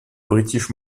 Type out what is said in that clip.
british